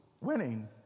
winning